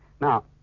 Now